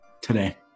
today